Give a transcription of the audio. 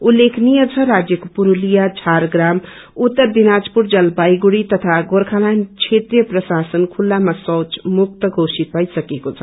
उत्लेखनीय छ राज्यको पुरूलिया झारप्राम उत्तर दिनाजपुर जलपाईगुड़ी तथा गोखाल्याण्ड क्षेत्रीय प्रशासन खुल्लामा शौच मुक्त घोषित मैसकेको छ